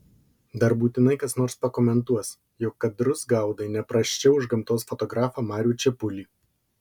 dar būtinai kas nors pakomentuos jog kadrus gaudai ne prasčiau už gamtos fotografą marių čepulį